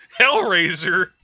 Hellraiser